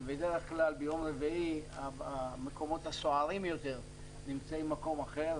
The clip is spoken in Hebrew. כי בדרך כלל בימי רביעי המקומות הסוערים יותר נמצאים במקום אחר.